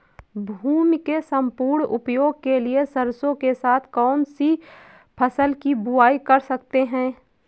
भूमि के सम्पूर्ण उपयोग के लिए सरसो के साथ कौन सी फसल की बुआई कर सकते हैं?